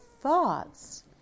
Thoughts